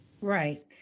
Right